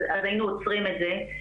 אז היינו עוצרים את זה.